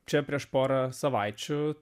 čia prieš porą savaičių